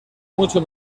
mucho